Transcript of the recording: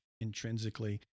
intrinsically